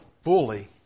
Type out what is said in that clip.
fully